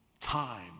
time